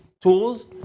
tools